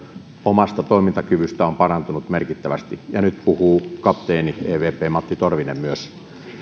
omasta toimintakyvystä on parantunut merkittävästi ja nyt puhuu kapteeni evp matti torvinen myös